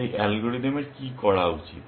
তাই অ্যালগরিদম এর কি করা উচিত